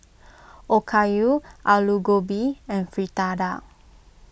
Okayu Alu Gobi and Fritada